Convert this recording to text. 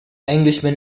englishman